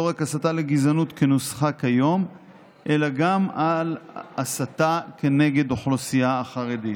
לא רק "הסתה לגזענות" כנוסחה כיום אלא גם "הסתה כנגד אוכלוסייה החרדית".